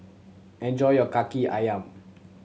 enjoy your Kaki Ayam